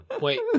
Wait